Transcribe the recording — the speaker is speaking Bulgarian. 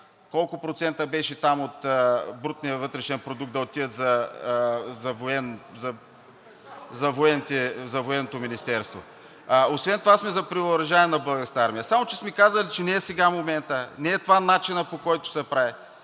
колко процента беше там от брутния вътрешен продукт да отиват за Военното министерство. Освен това сме за превъоръжаване на Българската армия. Само че сме казали, че не е сега моментът, не е това начинът, по който се прави.